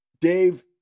Dave